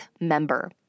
member